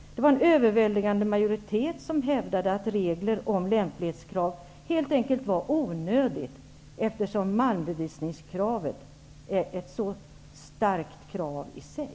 En överväldigande majoritet hävdade att regler om lämplighetskrav helt enkelt var onödiga, eftersom malmbevisningskravet är ett så starkt krav i sig.